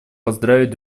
поздравить